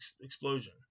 explosion